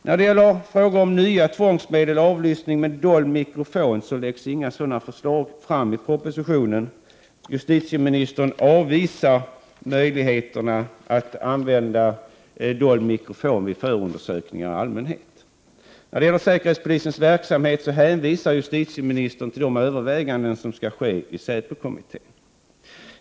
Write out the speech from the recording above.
När det gäller frågan om nya tvångsmedel och avlyssning med dold mikrofon läggs inga sådana förslag fram i propositionen. Justitieministern avvisar möjligheterna att använda dold mikrofon vid förundersökningar i allmänhet. När det gäller säkerhetspolisens verksamhet hänvisar justitieministern till de överväganden som skall ske i säpo-kommittén.